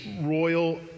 royal